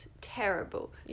terrible